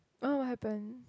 oh what happen